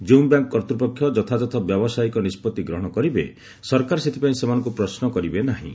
ଯେଉଁ ବ୍ୟାଙ୍କ୍ କର୍ତ୍ତ୍ୱପକ୍ଷ ଯଥାଯଥ ବ୍ୟାବସାୟିକ ନିଷ୍ପଭି ଗ୍ରହଣ କରିବେ ସରକାର ସେଥିପାଇଁ ସେମାନଙ୍କୁ ପ୍ରଶ୍ମ କରିବେ ନାହିଁ